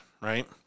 right